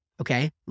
okay